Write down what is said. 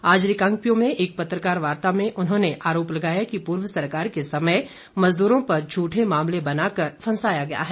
आज रिकांगपिओं में एक पत्रकार वार्ता में उन्होंने आरोप लगाया कि पूर्व सरकार के समय मजदूरों पर झूठे मामले बनाकर फंसाया गया है